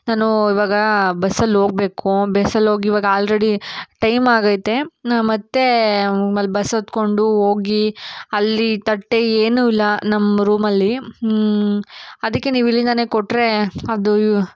ನಾನು ಇವಾಗ ಬಸ್ಸಲ್ಲಿ ಹೋಗ್ಬೇಕು ಬಸ್ಸಲ್ಲಿ ಹೋಗ್ ಇವಾಗ ಆಲ್ರೆಡಿ ಟೈಮ್ ಆಗೈತೆ ಮತ್ತೆ ಬಸ್ ಹತ್ತಿಕೊಂಡು ಹೋಗಿ ಅಲ್ಲಿ ತಟ್ಟೆ ಏನೂ ಇಲ್ಲ ನಮ್ಮ ರೂಮಲ್ಲಿ ಅದಕ್ಕೆ ನೀವು ಇಲ್ಲಿಂದಲೇ ಕೊಟ್ಟರೆ ಅದು